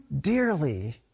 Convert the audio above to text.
dearly